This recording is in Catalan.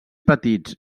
petits